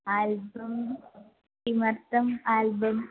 album किमर्थम् album